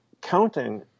counting